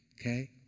Okay